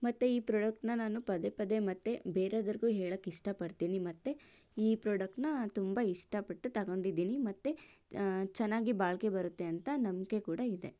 ಮತ್ತೆ ಈ ಪ್ರಡಕ್ಟ್ನ ನಾನು ಪದೇ ಪದೇ ಮತ್ತೆ ಬೇರೆದೋರ್ಗೂ ಹೇಳೋಕ್ಕೆ ಇಷ್ಟಪಡ್ತೀನಿ ಮತ್ತೆ ಈ ಪ್ರಡಕ್ಟ್ನ ತುಂಬ ಇಷ್ಟಪಟ್ಟು ತಗೊಂಡಿದ್ದೀನಿ ಮತ್ತೆ ಚೆನ್ನಾಗಿ ಬಾಳಿಕೆ ಬರುತ್ತೆ ಅಂತ ನಂಬಿಕೆ ಕೂಡ ಇದೆ